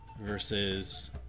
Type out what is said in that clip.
versus